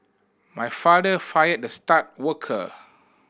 my father fired the star worker